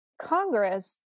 Congress